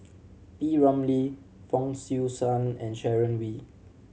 P Ramlee Fong Swee Suan and Sharon Wee